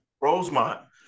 Rosemont